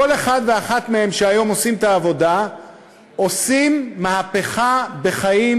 כל אחד ואחת מאלה שעושים היום את העבודה עושים מהפכה בחיים